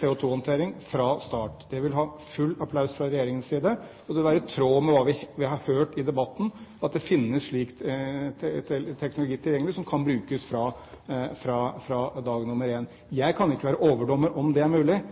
CO2-håndtering fra start. Det vil få full applaus fra regjeringen, og det vil være i tråd med hva vi har hørt i debatten, at det finnes slik teknologi tilgjengelig som kan brukes fra dag én. Jeg kan ikke være overdommer på om det vil være mulig.